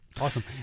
Awesome